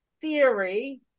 theory